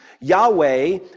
Yahweh